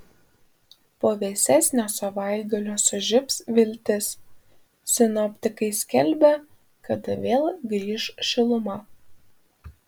po vėsesnio savaitgalio sužibs viltis sinoptikai skelbia kada vėl grįš šiluma